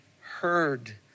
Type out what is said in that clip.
heard